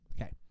Okay